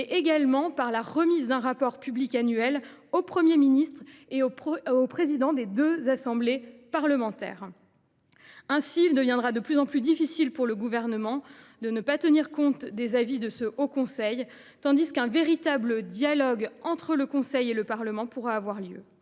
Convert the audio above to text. mais également par la remise d’un rapport public annuel au Premier ministre et aux présidents des deux assemblées parlementaires. Ainsi, il deviendra de plus en plus difficile pour le Gouvernement de ne pas tenir compte des avis du haut conseil, tandis qu’un véritable dialogue entre le conseil et le Parlement pourra avoir lieu.